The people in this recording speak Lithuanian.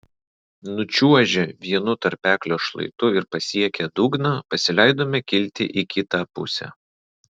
nučiuožę vienu tarpeklio šlaitu ir pasiekę dugną pasileidome kilti į kitą pusę